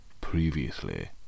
previously